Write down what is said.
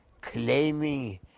claiming